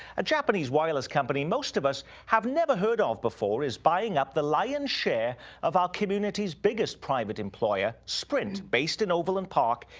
a japanese wireless company most of us have never heard of before is buying up the lion's share of our community's biggest private employer, sprint, based in overland park,